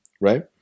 Right